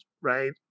right